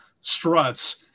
struts